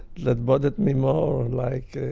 that bothered me more like